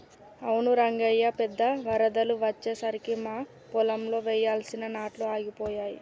అవును రంగయ్య పెద్ద వరదలు అచ్చెసరికి మా పొలంలో వెయ్యాల్సిన నాట్లు ఆగిపోయాయి